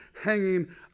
hanging